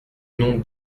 nom